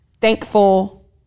thankful